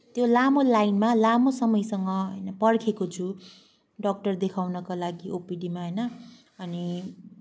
त्यो लामो लाइनमा लामो समयसम्म होइन पर्खेको छु डक्टर देखाउनका लागि ओपिडीमा होइन अनि